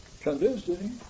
convincing